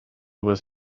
was